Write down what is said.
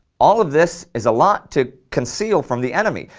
all of this is a lot to conceal from the enemy,